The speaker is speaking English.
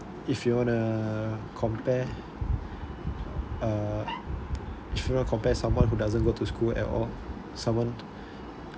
if you want to uh compare uh shouldn't compare to someone who doesn't go to school at all someone